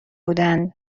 بودن